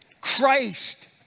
Christ